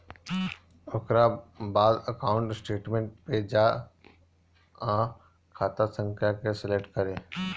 ओकरा बाद account statement पे जा आ खाता संख्या के सलेक्ट करे